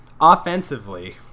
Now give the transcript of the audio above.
Offensively